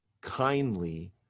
kindly